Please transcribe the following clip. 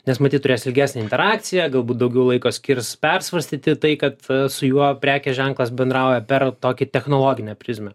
nes matyt turės ilgesnę interakciją galbūt daugiau laiko skirs persvarstyti tai kad su juo prekės ženklas bendrauja per tokį technologinę prizmę